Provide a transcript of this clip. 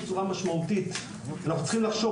אנחנו צריכים לחשוב על מעט ואיכותי.